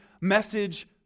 message